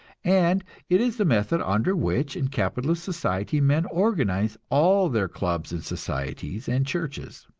and it is the method under which in capitalist society men organize all their clubs and societies and churches.